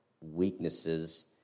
weaknesses